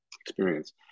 experience